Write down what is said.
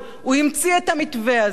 הוא המציא את המתווה הזה,